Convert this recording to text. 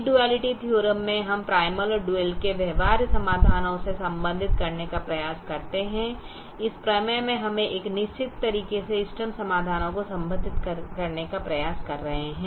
week duality theorem में हम primal और डुअल के व्यवहार्य समाधानों से संबंधित करने का प्रयास करते हैं इस प्रमेय में हम एक निश्चित तरीके से इष्टतम समाधानों को संबंधित करने का प्रयास कर रहे हैं